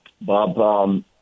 Bob